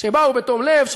שבאו בתום לב,